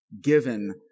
given